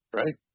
right